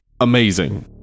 amazing